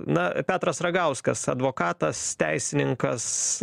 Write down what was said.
na petras ragauskas advokatas teisininkas